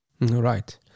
Right